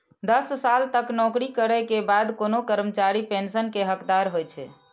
दस साल तक नौकरी करै के बाद कोनो कर्मचारी पेंशन के हकदार होइ छै